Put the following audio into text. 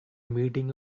meeting